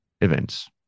events